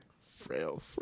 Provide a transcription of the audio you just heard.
Frail